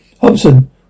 Hobson